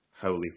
holy